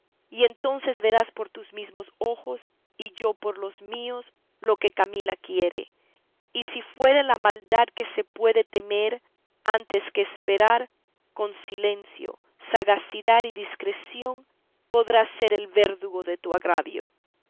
y entonces verás por tus mismos ojos y yo por los míos lo que camila quiere y si fuere la maldad que se puede temer antes que esperar con silencio sagacidad y discreción podrás ser el verdugo de tu agravio